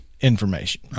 information